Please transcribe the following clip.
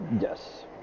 Yes